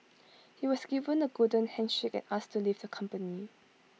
he was given A golden handshake and asked to leave the company